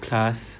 class